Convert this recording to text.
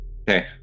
Okay